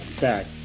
back